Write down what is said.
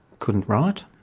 couldn't write.